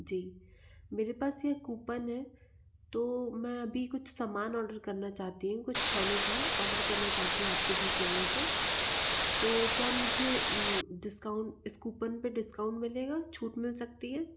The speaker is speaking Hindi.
जी मेरे पास ये कूपन है तो मैं अभी कुछ सामान ऑर्डर करना चाहती हूँ कुछ खाने का ऑर्डर करना चाहती हूँ आपकी भोजनालय से तो क्या मुझे डिस्काउंट इस कूपन पर डिस्काउंट मिलेगा छूट मिल सकती है